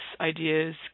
ideas